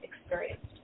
experienced